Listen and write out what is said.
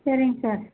சரிங் சார்